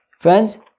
Friends